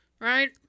Right